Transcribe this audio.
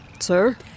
Sir